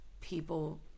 people